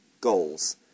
goals